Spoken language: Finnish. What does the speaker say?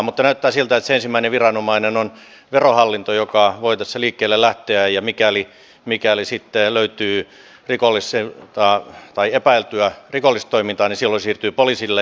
mutta näyttää siltä että se ensimmäinen viranomainen on verohallinto joka voi tässä liikkeelle lähteä ja mikäli sitten löytyy epäiltyä rikollista toimintaa niin silloin se siirtyy poliisille